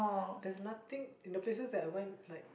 there's nothing in the places that I went like